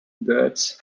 birds